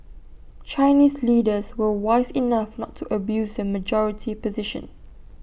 Chinese leaders were wise enough not to abuse their majority position